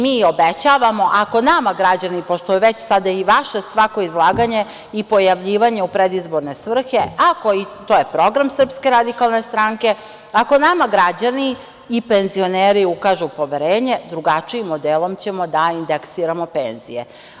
Mi obećavamo, ako nama građani, pošto je već sada i svako vaše izlaganje i pojavljivanje u predizborne svrhe, ako, i to je program SRS, ako nama građani i penzioneri ukažu poverenje, drugačijim modelom ćemo da indeksiramo penzije.